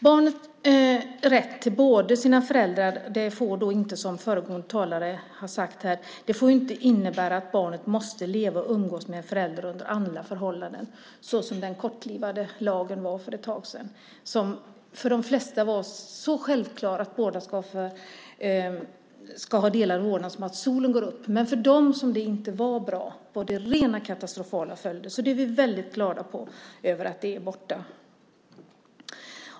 Barnets rätt till båda föräldrarna får inte, som föregående talare här sagt, innebära att barnet måste leva och umgås med en förälder under alla förhållanden - som det var enligt den kortlivade lag som fanns för ett tag sedan. För de flesta var det lika självklart att båda ska ha rätt till delad vårdnad som att solen går upp. Men för dem som det inte var bra för blev det rent katastrofala följder, så vi är väldigt glada över att det nu är borta.